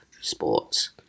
sports